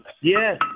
Yes